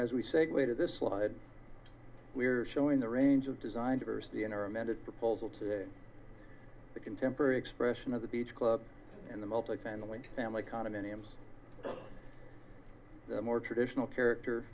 as we say great of this slide we're showing the range of design diversity in our amended proposal to the contemporary expression of the beach club and the multifamily family condominiums more traditional character